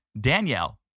Danielle